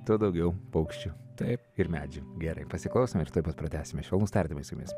tuo daugiau paukščių taip ir medžių gerai pasiklausome ir tuoj pat pratęsime švelnūs tardymai su mumis